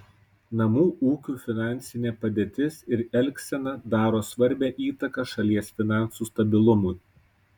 namų ūkių finansinė padėtis ir elgsena daro svarbią įtaką šalies finansų stabilumui